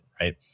right